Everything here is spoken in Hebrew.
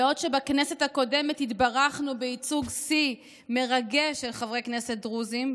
בעוד שבכנסת הקודמת התברכנו בייצוג שיא מרגש של חברי כנסת דרוזים,